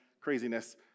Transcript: Craziness